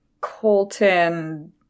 Colton